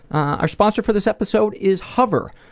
our sponsor for this episode is hover.